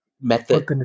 method